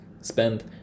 spend